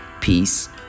peace